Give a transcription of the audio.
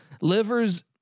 Livers